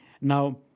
Now